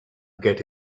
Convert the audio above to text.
get